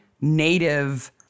native